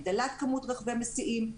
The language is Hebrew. הגדלת כמות רכבי מסיעים,